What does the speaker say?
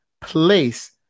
place